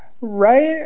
Right